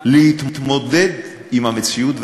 להתמודד עם המציאות.